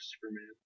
superman